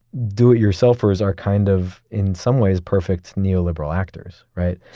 do-it-yourselfers are, kind of in some ways, perfect neoliberal actors, right?